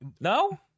no